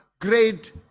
great